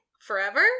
Forever